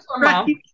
Right